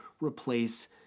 replace